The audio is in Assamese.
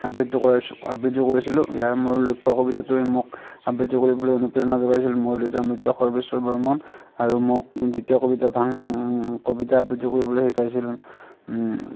আবৃত্তি কৰা আবৃত্তি কৰিছিলোঁ ইয়াৰ 'মোৰ লক্ষ্য' কবিতাটোৱে মোক আবৃত্তি কৰিবলৈ অনুপ্ৰেৰণা যোগাইছিল মোৰ দেউতা মৃত সৰ্বেশ্বৰ বৰ্মন আৰু মোক দ্বিতীয় কবিতা ভাং ভাং কবিতা আবৃত্তি কৰিবলৈ শিকাইছিল